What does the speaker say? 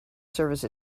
service